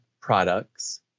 products